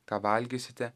ką valgysite